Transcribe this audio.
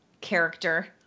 character